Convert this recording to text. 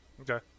Okay